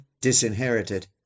disinherited